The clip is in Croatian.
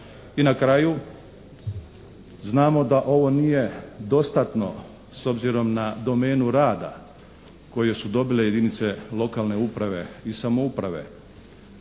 I na kraju znamo da ovo nije dostatno s obzirom na domenu rada koje su dobile jedinice lokalne uprave i samouprave